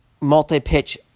multi-pitch